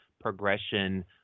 progression